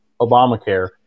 Obamacare